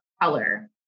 color